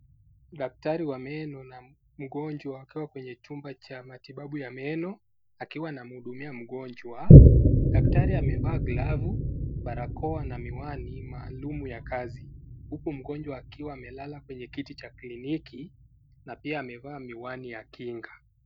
Daktari wa meno na mgonjwa wakaa kwenye chumba cha matibabu ya meno, akiwa anamhudumia mgonjwa. Daktari amevaa glavu, barakoa na miwani maalumu ya kazi, huku mgonjwa amelala kwenye kiti ya kliniki na pia amevaa miwani ya kinga.